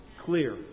Clear